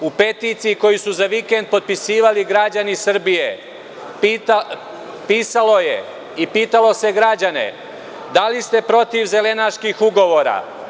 U peticiji koji su za vikend potpisivali građani Srbije, pisalo je i pitali se građani da li ste protiv zelenaških ugovora?